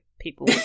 people